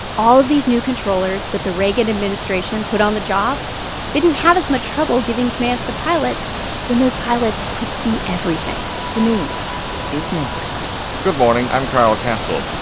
all of these new controllers that the reagan administration put on the job didn't have as much trouble giving commands to pilots when those pilots could see everything the news is next good morning. i'm carl kasell.